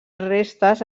restes